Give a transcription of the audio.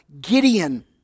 Gideon